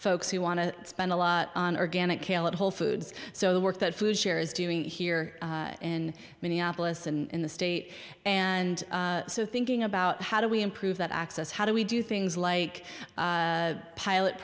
folks who want to spend a lot on organic kale at whole foods so the work that food share is doing here in minneapolis and in the state and so thinking about how do we improve that access how do we do things like pilot